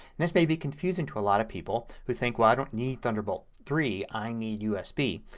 this may be confusing to a lot of people who think well i don't need thunderbolt three, i need usb.